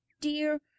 dear